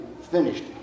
finished